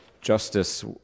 justice